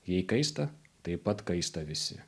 jai kaista taip pat kaista visi